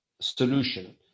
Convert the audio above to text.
solution